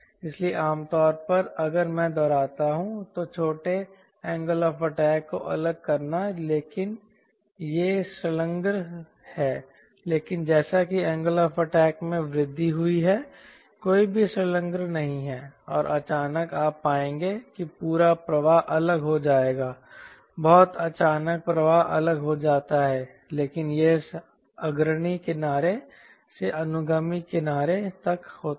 इसलिए आमतौर पर अगर मैं दोहराता हूं तो छोटे एंगल ऑफ़ अटैक को अलग करना है लेकिन यह संलग्न है लेकिन जैसा कि एंगल ऑफ़ अटैक में वृद्धि हुई है कोई भी संलग्न नहीं है और अचानक आप पाएंगे कि पूरा प्रवाह अलग हो जाएगा बहुत अचानक प्रवाह अलग हो जाता है लेकिन यह अग्रणी किनारे से अनुगामी किनारे तक होता है